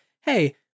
hey